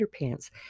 underpants